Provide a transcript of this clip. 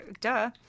duh